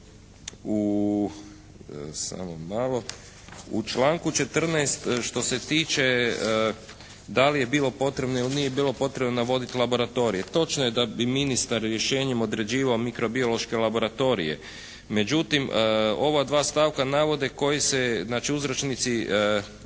U članku 14. što se tiče da li je bilo potrebno ili nije bilo potrebno navoditi laboratorije. Točno je da bi ministar rješenjem određivao mikrobiološke laboratorije. Međutim, ova dva stavka navode koji se znači